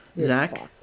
Zach